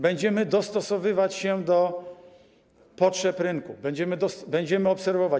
Będziemy dostosowywać się do potrzeb rynku, będziemy obserwować.